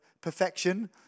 perfection